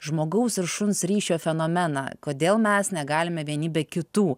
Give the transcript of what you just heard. žmogaus ir šuns ryšio fenomeną kodėl mes negalime vieni be kitų